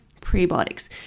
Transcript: prebiotics